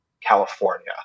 California